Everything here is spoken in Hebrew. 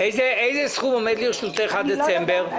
איזה סכום עומד לרשותך בשוטף עד דצמבר?